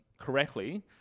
correctly